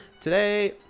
Today